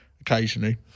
occasionally